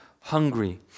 hungry